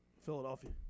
Philadelphia